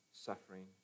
suffering